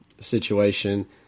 situation